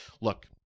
look